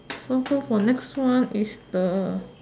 so go for next one is the